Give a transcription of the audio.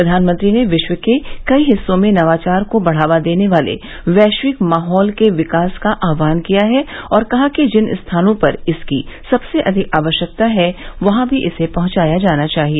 प्रधानमंत्री ने विश्व के कई हिस्सों में नवाचार को बढावा देने वाले वैश्विक माहौल के विकास का आह्वान किया और कहा कि जिन स्थानों पर इसकी सबसे अधिक आवश्यकता है वहां भी इसे पहंचाया जाना चाहिए